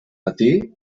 matí